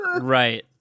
right